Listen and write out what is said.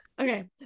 Okay